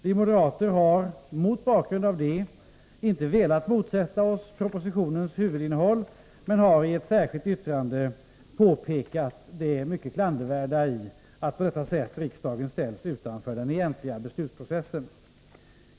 Vi moderater har mot bakgrund av detta inte velat motsätta oss propositionens huvudinnehåll men har i ett särskilt yttrande påpekat det mycket klandervärda i att riksdagen på detta sätt ställs utanför den egentliga beslutsprocessen.